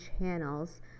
channels